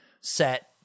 set